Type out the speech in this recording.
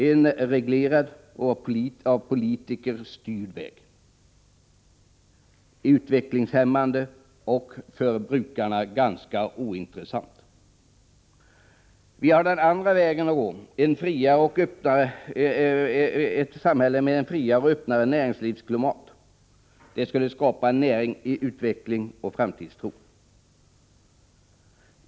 En reglerad och av politiker styrd väg, utvecklingshämmande och för brukarna ganska ointressant. Vi har den andra vägen att gå: Vi kan välja ett samhälle med ett friare och öppnare näringslivsklimat. Det skulle skapa en näring i utveckling och med framtidstro.